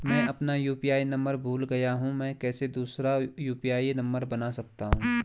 मैं अपना UPI number भूल गया हूँ मैं कैसे दूसरा यु.पी.आई नम्बर बना सकता हूँ?